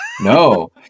no